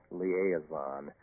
liaison